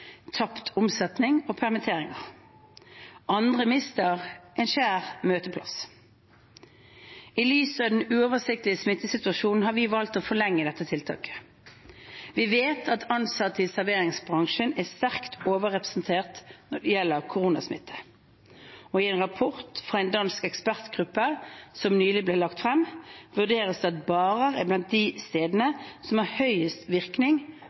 tapt omsetning og permitteringer. Andre mister en kjær møteplass. I lys av den uoversiktlige smittesituasjonen har vi valgt å forlenge dette tiltaket. Vi vet at ansatte i serveringsbransjen er sterkt overrepresentert når det gjelder koronasmitte. I en rapport fra en dansk ekspertgruppe som nylig ble lagt frem, vurderes det at barer er blant de stedene som har